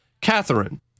Catherine